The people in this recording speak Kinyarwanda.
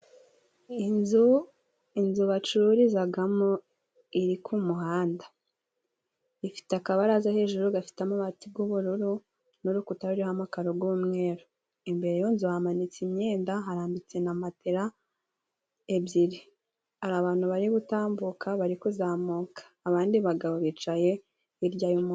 Inzu bacururizamo iri ku muhanda. Ifite akabaraza hejuru gafite amabati y'ubururu, n'urukuta ruriho amabati y'umweru. Imbere y'iyo nzu hamanitse imyenda, harambitse na matera ebyiri. Hari abantu bari gutambuka bari kuzamuka. Abandi bagabo bicaye hirya y'umuhanda.